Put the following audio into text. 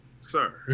sir